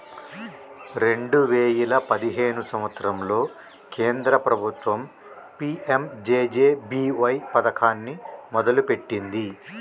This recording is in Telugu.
రెండే వేయిల పదిహేను సంవత్సరంలో కేంద్ర ప్రభుత్వం పీ.యం.జే.జే.బీ.వై పథకాన్ని మొదలుపెట్టింది